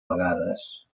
vegades